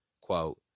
Quote